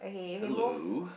hello